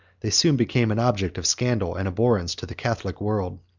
they soon became an object of scandal and abhorrence to the catholic world.